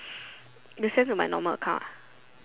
the sense of my normal account ah